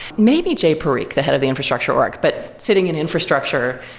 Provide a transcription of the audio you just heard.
maybe jay parikh, the head of the infrastructure org. but sitting in infrastructure,